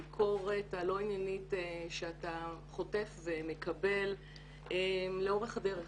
בעמידה מול הביקורת הלא עניינית שאתה חוטף לאורך הדרך